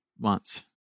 months